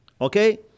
Okay